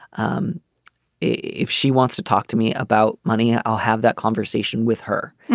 um if she wants to talk to me about money i'll have that conversation with her.